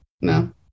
no